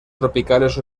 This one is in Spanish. tropicales